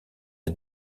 est